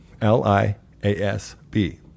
L-I-A-S-B